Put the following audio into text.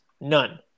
None